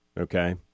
okay